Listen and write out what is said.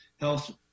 health